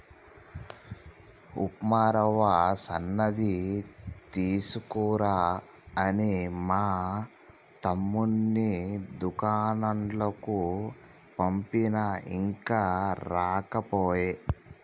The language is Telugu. ఉప్మా రవ్వ సన్నది తీసుకురా అని మా తమ్ముణ్ణి దూకండ్లకు పంపిన ఇంకా రాకపాయె